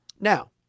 Now